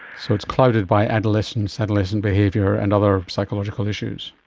so it's clouded by adolescence, adolescent behaviour and other psychological issues.